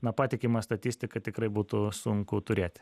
na patikimą statistiką tikrai būtų sunku turėti